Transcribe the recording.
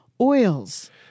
oils